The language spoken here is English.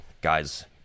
guys